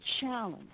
challenge